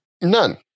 none